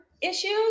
issues